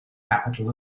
capital